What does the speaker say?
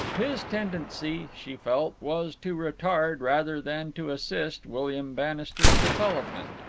his tendency, she felt, was to retard rather than to assist william bannister's development.